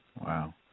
Wow